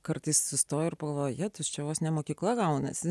kartais sustoji ir pagalvoji jetus čia vos ne mokykla gaunasi